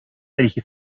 welche